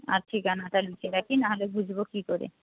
আর ঠিকানাটা লিখে রাখি না হলে বুঝব কী করে